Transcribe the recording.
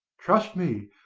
trust me,